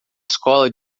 escola